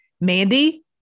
Mandy